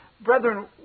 Brethren